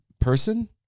person